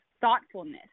thoughtfulness